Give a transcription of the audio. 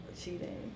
cheating